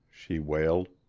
she wailed.